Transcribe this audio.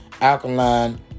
Alkaline